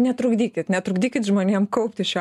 netrukdykit netrukdykit žmonėm kaupti šio